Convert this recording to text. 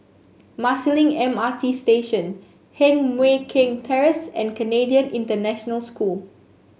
Marsiling M R T Station Heng Mui Keng Terrace and Canadian International School